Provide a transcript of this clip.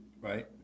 right